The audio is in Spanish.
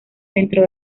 dentro